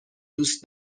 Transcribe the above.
دوست